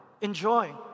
enjoy